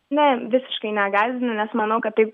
ne visiškai negąsdina nes manau kad tai